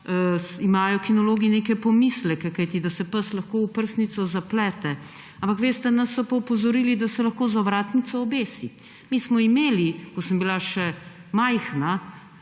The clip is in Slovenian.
imajo kinologi neke pomisleke, kajti da se pes lahko v oprsnico zaplete. Ampak veste, nas so pa opozorili, da se lahko z ovratnico obesi. Mi smo imeli, ko sem bila še majhna